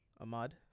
Ahmad